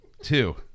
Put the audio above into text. Two